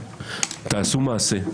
תעשו מעשה,